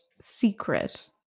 secret